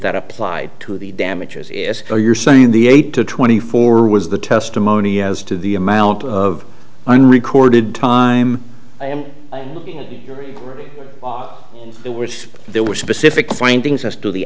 that applied to the damages is so you're saying the eight to twenty four was the testimony as to the amount of unrecorded time which there were specific findings as to the